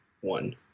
one